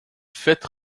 fêtes